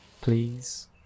Please